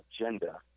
agenda